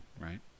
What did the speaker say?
right